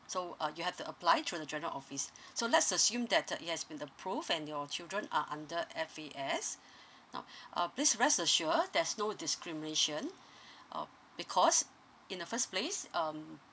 so uh you have to apply through the journal office so let's assume that uh it has been approved and your children are under F_A_S now uh please rest assured there's no discrimination uh because in the first place um